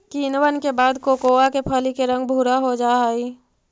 किण्वन के बाद कोकोआ के फली के रंग भुरा हो जा हई